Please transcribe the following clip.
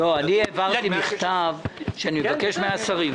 אני העברתי מכתב שאני מבקש מהשרים.